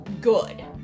good